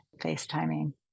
FaceTiming